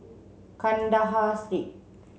Kandahar Street